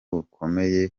bukomeye